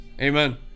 Amen